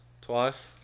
Twice